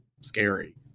scary